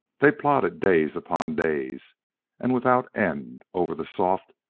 they plodded days upon days and without end over the soft,